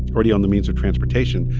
already on the means of transportation.